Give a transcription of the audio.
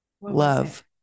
Love